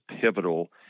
pivotal